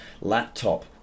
laptop